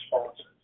responses